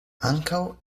ankaŭ